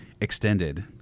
extended